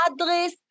address